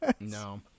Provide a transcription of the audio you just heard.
No